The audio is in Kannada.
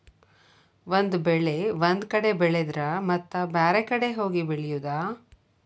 ಒಂದ ಬೆಳೆ ಒಂದ ಕಡೆ ಬೆಳೆದರ ಮತ್ತ ಬ್ಯಾರೆ ಕಡೆ ಹೋಗಿ ಬೆಳಿಯುದ